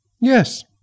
Yes